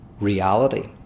reality